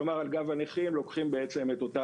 כלומר על גב הנכים לוקחים בעצם את אותה